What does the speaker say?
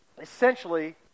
essentially